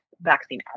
vaccine